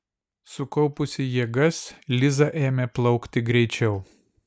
sukaupusi jėgas liza ėmė plaukti greičiau